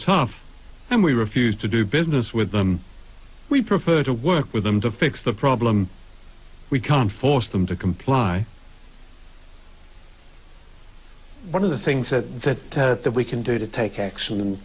tough and we refuse to do business with them we prefer to work with them to fix the problem we can't force them to comply one of the things that we can do to take action